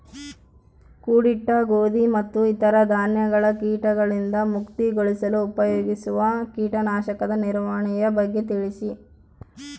ಕೂಡಿಟ್ಟ ಗೋಧಿ ಮತ್ತು ಇತರ ಧಾನ್ಯಗಳ ಕೇಟಗಳಿಂದ ಮುಕ್ತಿಗೊಳಿಸಲು ಉಪಯೋಗಿಸುವ ಕೇಟನಾಶಕದ ನಿರ್ವಹಣೆಯ ಬಗ್ಗೆ ತಿಳಿಸಿ?